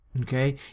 okay